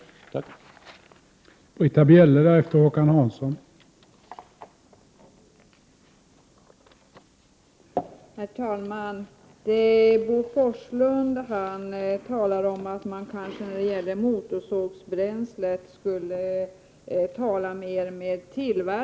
Tack!